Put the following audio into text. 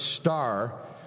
star